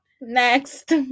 next